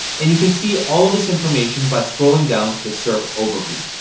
and you can see all of this information by scrolling down to the serp overview.